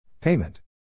Payment